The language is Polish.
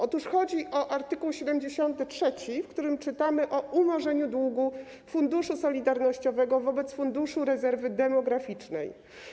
Otóż chodzi o art. 73, w którym czytamy o umorzeniu długu Funduszu Solidarnościowego wobec Funduszu Rezerwy Demograficznej.